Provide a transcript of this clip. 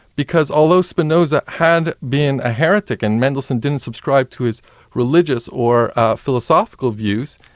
because although spinoza had been a heretic and mendelssohn didn't subscribe to his religious or philosophical views,